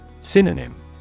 Synonym